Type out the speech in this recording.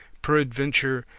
peradventure,